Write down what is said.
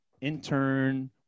intern